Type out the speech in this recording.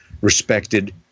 respected